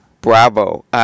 Bravo